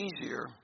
easier